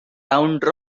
round